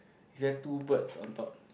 is there two birds on top